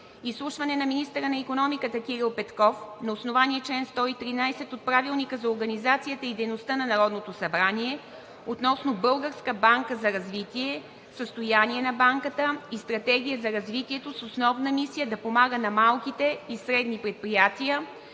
Изслушване на министъра на икономиката Кирил Петков на основание чл. 113 от Правилника за организацията и дейността на Народното събрание относно Българска банка за развитие – състояние на банката и стратегия за развитието с основна мисия да помага на малките и средни предприятия.